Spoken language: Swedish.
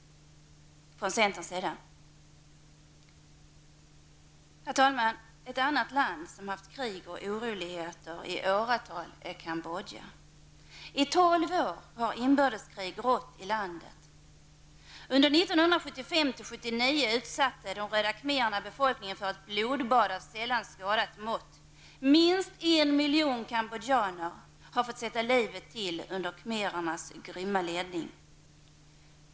Ett annat land som i åratal har upplevt krig och oroligheter är Cambodja. I tolv år har inbördeskrig rått i landet. 1975--1979 utsatte de röda khmererna befolkningen för ett blodbad av sällan skådat mått. Minst en miljoner cambodjaner fick sätta livet till under khmerernas grymma ledning.